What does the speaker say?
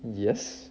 yes